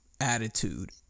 attitude